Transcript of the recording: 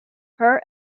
her